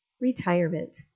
Retirement